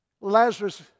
Lazarus